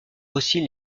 aussi